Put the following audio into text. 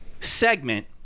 segment